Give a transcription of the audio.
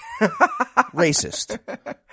racist